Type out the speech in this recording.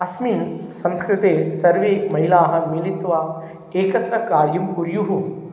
अस्मिन् संस्कृते सर्वे महिलाः मिलित्वा एकत्र कार्यं कुर्युः